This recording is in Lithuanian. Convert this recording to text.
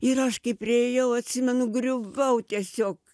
ir aš kai priėjau atsimenu griuvau tiesiog